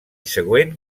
següent